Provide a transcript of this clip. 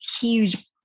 huge